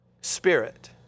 spirit